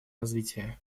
развития